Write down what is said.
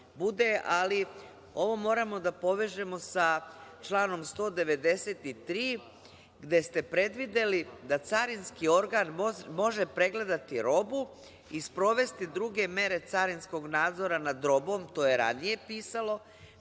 ali ovo moramo da povežemo sa članom 193. gde ste predvideli da carinski organ može pregledati robu i sprovesti druge mere carinskog nadzora nad robom, to je ranije pisalo,